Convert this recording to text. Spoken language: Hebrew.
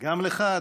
תודה.